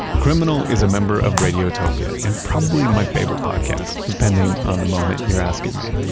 criminal is a member of radiotopia, and probably my favorite podcast depending on the moment you're asking me.